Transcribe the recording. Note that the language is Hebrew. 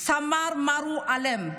סמ"ר מארו אלם,